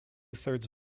thirds